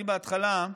אני, בהתחלה,